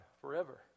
forever